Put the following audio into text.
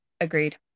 agreed